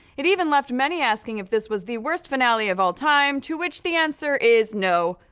it even left many asking if this was the worst finale of all time to which the answer is no,